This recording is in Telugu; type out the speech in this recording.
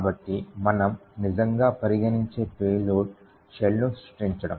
కాబట్టి మనము నిజంగా పరిగణించే పేలోడ్ షెల్ ను సృష్టించడం